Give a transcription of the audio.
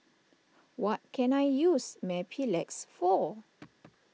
what can I use Mepilex for